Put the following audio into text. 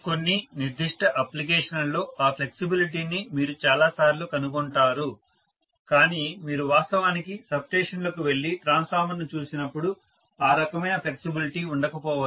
కొన్ని నిర్దిష్ట అప్లికేషన్లలో ఆ ఫ్లెక్సిబిలిటీని మీరు చాలాసార్లు కనుగొంటారు కానీ మీరు వాస్తవానికి సబ్స్టేషన్లోకి వెళ్లి ట్రాన్స్ఫార్మర్ను చూసినప్పుడు ఆ రకమైన ఫ్లెక్సిబిలిటీ ఉండకపోవచ్చు